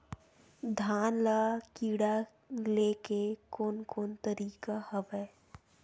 धान ल कीड़ा ले के कोन कोन तरीका हवय?